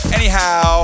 anyhow